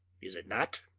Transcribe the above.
is it not?